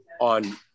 on